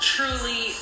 Truly